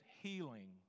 healing